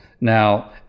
Now